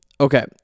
Okay